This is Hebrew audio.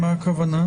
מה הכוונה?